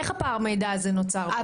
איך נוצר פער המידע הזה בעצם?